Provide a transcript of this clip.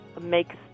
makes